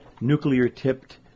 nuclear-tipped